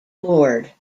moored